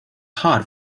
hard